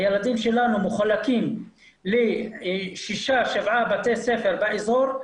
הילדים שלנו מחולקים לשישה, שבעה בתי ספר באזור.